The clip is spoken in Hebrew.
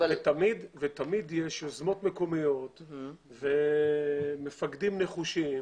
תמיד יש יוזמות מקומיות ומפקדים נחושים.